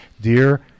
dear